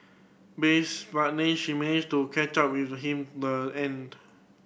base but they she managed to catch up with him the end